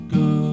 go